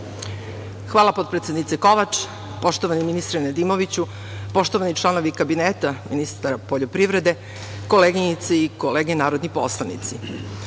Hvala, potpredsednice Kovač. Poštovani ministre Nedimoviću, poštovani članovi kabineta ministra poljoprivrede, koleginice i kolege narodni poslanici,